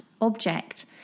object